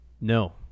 No